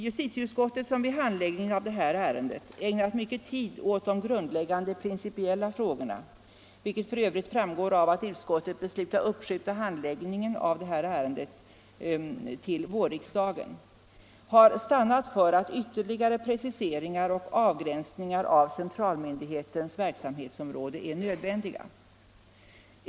Justitieutskottet som vid handläggningen av detta ärende ägnat mycken tid åt de grundläggande principiella frågorna, vilket f. ö. framgår av att utskottet beslutat uppskjuta handläggningen av ifrågavarande proposition till 1975 års riksdag, har stannat för att ytterligare preciseringar och avgränsningar av centralmyndighetens verksamhetsområde är nödvändiga.